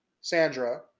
Sandra